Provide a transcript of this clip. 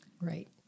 Right